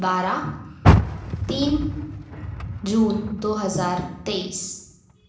बारह तीन जून दो हजार तेईस